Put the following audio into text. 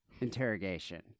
interrogation